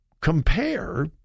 compare